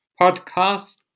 Podcast